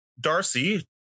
Darcy